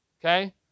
okay